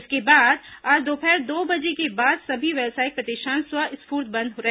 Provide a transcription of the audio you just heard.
इसके बाद आज दोपहर दो बजे के बाद सभी व्यावसायिक प्रतिष्ठान स्व स्फूर्त बंद रहे